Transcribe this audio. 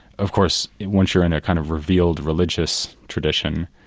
of course once you're in a kind of revealed religious tradition,